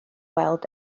weld